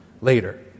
later